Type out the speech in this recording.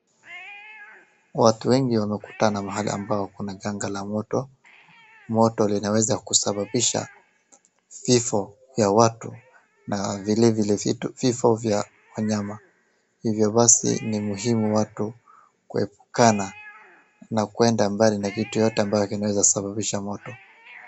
Watu wengi wamekutana mahali ambayo kuna janga la moto. Moto linaweza kusababisha vifo ya watu, na vilevile vifo ya wanyama, hivyo basi ni muhimu watu kuepukana na kwenda mbali na kitu yoyote ambayo kinaweza sababisha moto.